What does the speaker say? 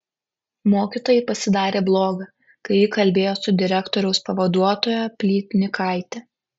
mokytojai pasidarė bloga kai ji kalbėjo su direktoriaus pavaduotoja plytnikaite